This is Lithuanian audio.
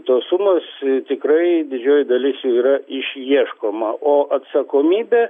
tos sumos tikrai didžioji dalis jų yra išieškoma o atsakomybė